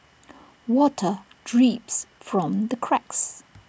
water drips from the cracks